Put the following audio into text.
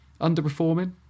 Underperforming